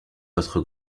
votre